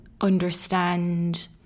understand